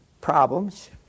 problems